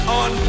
on